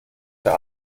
der